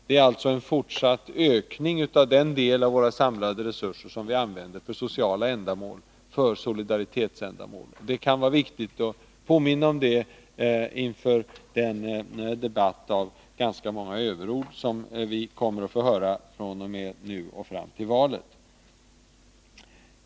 Det är alltså en fortsatt ökning av den del av våra samlade resurser som vi använder för sociala ändamål, för solidaritetsändamål. Det kan vara viktigt att påminna om det inför den debatt med ganska många överord som vi kommer att få fr.o.m. nu och fram till valet.